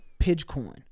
Pidgecoin